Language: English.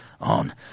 on